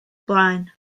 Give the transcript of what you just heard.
blaen